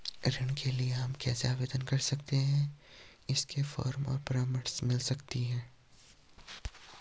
ऋण के लिए हम कैसे आवेदन कर सकते हैं इसके फॉर्म और परामर्श मिल सकती है?